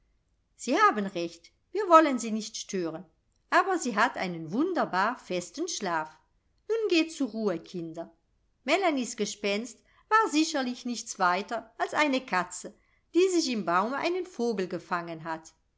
sie haben recht wir wollen sie nicht stören aber sie hat einen wunderbar festen schlaf nun geht zur ruhe kinder melanies gespenst war sicherlich nichts weiter als eine katze die sich im baume einen vogel gefangen hat